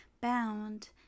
bound